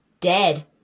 dead